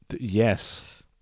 yes